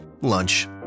Lunch